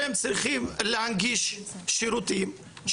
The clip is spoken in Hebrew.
הם צריכים להנגיש שירותים,